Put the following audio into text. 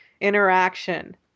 Interaction